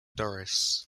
doris